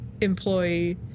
employee